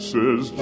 Says